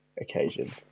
occasion